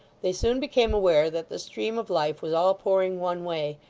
they soon became aware that the stream of life was all pouring one way,